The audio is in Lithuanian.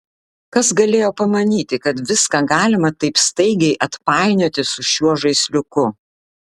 kas galėjo pamanyti kad viską galima taip staigiai atpainioti su šiuo žaisliuku